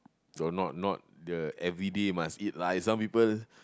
not not not the everyday must eat lah some people